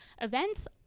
events